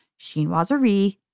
chinoiserie